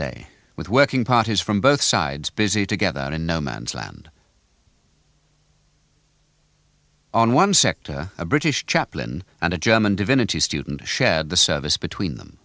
day with working parties from both sides busy together in no man's land on one sect a british chaplain and a german divinity student shared the service between them